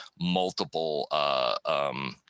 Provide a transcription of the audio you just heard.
multiple